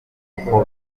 uko